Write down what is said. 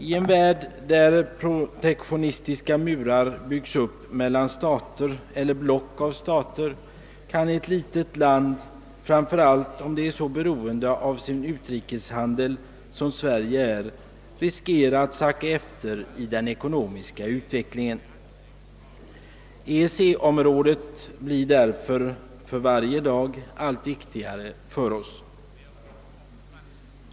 I en värld där protektionistiska murar byggs upp mellan stater eller block av stater kan ett litet land, framför allt om det är så beroende av sin utrikes handel som Sverige är, riskera att sacka efter i den ekonomiska utvecklingen. EEC-området blir därför för varje dag allt viktigare för oss.